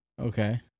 Okay